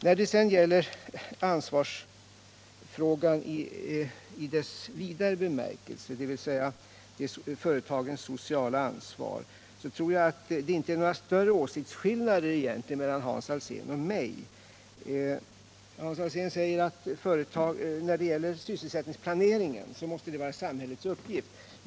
När det sedan gäller ansvarsfrågan i dess vidare bemärkelse, dvs. företagens sociala ansvar, tror jag att det inte är några större åsiktsskillnader mellan Hans Alsén och mig. Hans Alsén säger att sysselsättningsplaneringen måste vara samhällets uppgift.